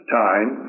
time